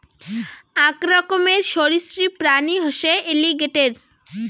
আক রকমের সরীসৃপ প্রাণী হসে এলিগেটের